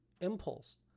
Impulse